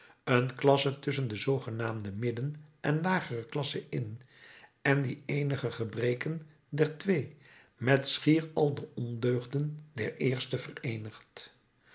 een klasse tusschen de zoogenaamde midden en de lagere klasse in en die eenige gebreken der tweede met schier al de ondeugden der eerste